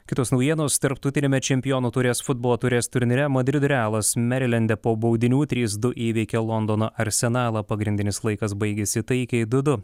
kitos naujienos tarptautiniame čempionų taurės futbolo taurės turnyre madrido realas merilende po baudinių trys du įveikė londono arsenalą pagrindinis laikas baigėsi taikiai du du